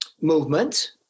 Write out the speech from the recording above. movement